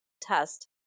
test